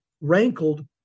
rankled